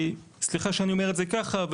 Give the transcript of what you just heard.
סליחה שאני אומר את זה ככה,